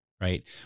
Right